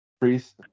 priest